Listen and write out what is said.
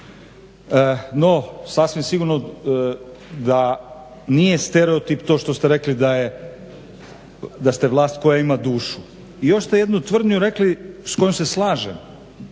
No, sasvim sigurno da nije stereotip to što ste rekli da ste vlast koja ima dušu. I još ste jednu tvrdnju rekli s kojom se slažem